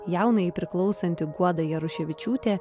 jaunajai priklausanti guoda jaruševičiūtė